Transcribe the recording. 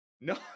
No